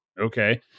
okay